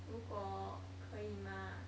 如果可以吗